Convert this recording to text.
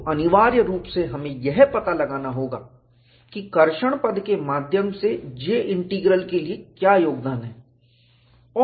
तो अनिवार्य रूप से हमें यह पता लगाना होगा कि कर्षणट्रैक्शन पद के माध्यम से J इंटीग्रल के लिए क्या योगदान है